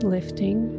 Lifting